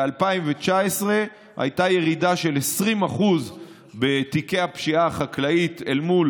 ב-2019 הייתה ירידה של 20% בתיקי הפשיעה החקלאית אל מול